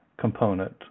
component